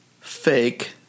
Fake